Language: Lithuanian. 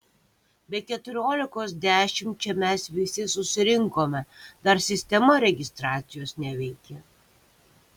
be keturiolikos dešimt čia mes visi susirinkome dar sistema registracijos neveikė